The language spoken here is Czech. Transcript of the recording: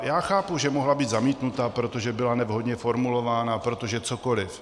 Já chápu, že mohla být zamítnuta, protože byla nevhodně formulována a protože cokoliv.